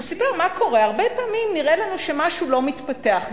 הוא סיפר מה קורה: הרבה פעמים נראה לנו שמשהו לא מתפתח.